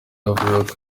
yavugaga